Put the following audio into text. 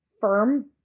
firm